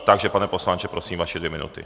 Takže pane poslanče, prosím vaše dvě minuty.